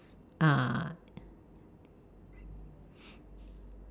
uh